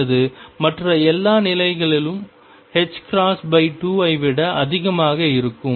அல்லது மற்ற எல்லா நிலைகளும் 2 ஐ விட அதிகமாக இருக்கும்